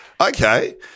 okay